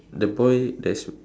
the boy that's